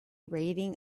rating